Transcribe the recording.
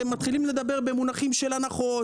שהם מתחילים לדבר במונחים של הנחות,